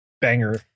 banger